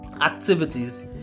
activities